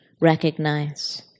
recognize